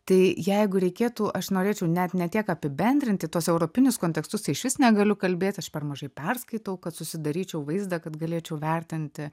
tai jeigu reikėtų aš norėčiau net ne tiek apibendrinti tuos europinius kontekstustai išvis negaliu kalbėt aš per mažai perskaitau kad susidaryčiau vaizdą kad galėčiau vertinti